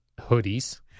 hoodies